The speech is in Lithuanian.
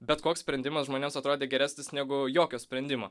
bet koks sprendimas žmonėms atrodė geresnis negu jokio sprendimo